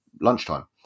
lunchtime